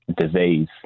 disease